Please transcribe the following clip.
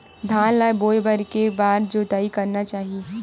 धान ल बोए बर के बार जोताई करना चाही?